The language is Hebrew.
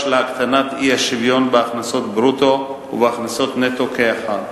להקטנת האי-שוויון בהכנסות ברוטו ובהכנסות נטו כאחד.